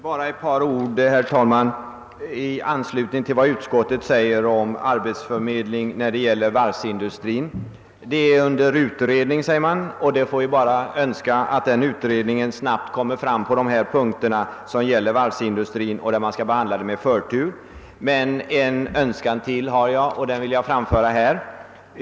Herr talman! Bara ett par ord i anslutning till vad utskottet säger om arbetsförmedling när det gäller varvsindustrin. Utskottet framhåller att denna fråga är under utredning. Man får då bara önska att denna utredning snabbt blir klar och att punkterna beträffande varvsindustrin kan bli behandlade med förtur. Jag har emellertid ännu en önskan att framföra.